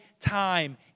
time